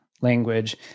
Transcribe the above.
language